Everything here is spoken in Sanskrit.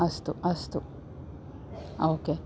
अस्तु अस्तु ओ के